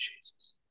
Jesus